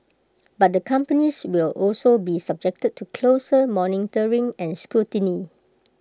but the companies will also be subjected to closer monitoring and scrutiny